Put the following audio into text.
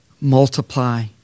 multiply